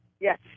Yes